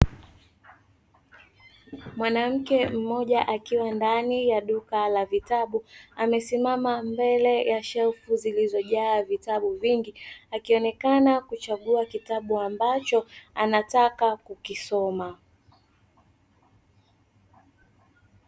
Mwanamke mmoja akiwa ndani ya duka la vitabu, amesimama mbele ya shelfu zilizojaa vitabu vingi, akionekana kuchagua kitabu ambacho anataka kukisoma.